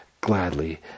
gladly